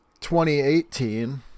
2018